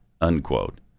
unquote